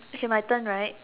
okay my turn right